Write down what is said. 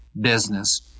business